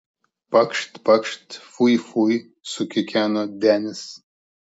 pakšt pakšt fui fui sukikeno denis